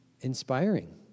inspiring